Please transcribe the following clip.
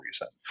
reason